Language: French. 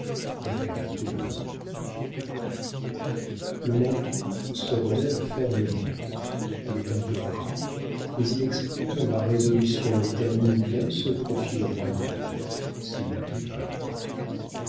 elle a la couleur le menton se relève fermement il est un peu gras mais il exprime la résolution et termine bien ce profil royal sinon divin